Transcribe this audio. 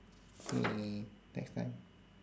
!yay! next time